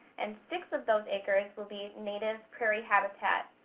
and six of those acres will be native prairie habitat.